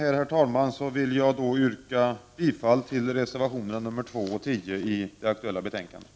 Jag vill med det anförda yrka bifall till reservationerna 2 och 10 till det aktuella betänkandet.